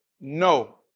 No